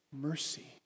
mercy